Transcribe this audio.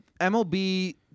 MLB